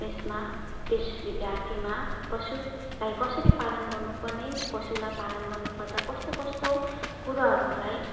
त्यसमा त्यस विद्यार्थीमा पशुलाई कसरी पालन गर्नु पर्ने पशुलाई पालन गर्नु पर्दा कस्तो कस्तो कुराहरूलाई